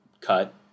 cut